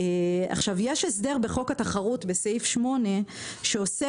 יש הסדר בחוק התחרות בסעיף 8 שאוסר